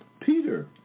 Peter